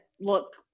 look